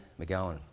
McGowan